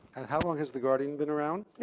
and how long has the guardian been around?